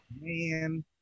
man